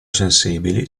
sensibili